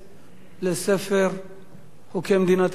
לספר חוקי מדינת ישראל.